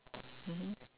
mmhmm